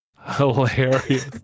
Hilarious